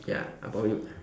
ya I probably would